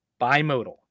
bimodal